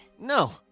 No